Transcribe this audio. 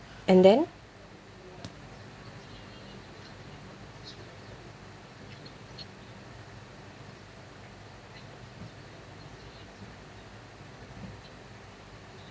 and then